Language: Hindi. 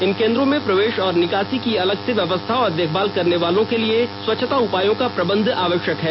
इन केन्द्रों में प्रवेश ॅऔर निकासी की अलग व्यवस्था और देखभाल करने वालों के लिए स्वच्छता उपायों का प्रबंध जरूरी है